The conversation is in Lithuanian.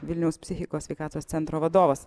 vilniaus psichikos sveikatos centro vadovas